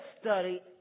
study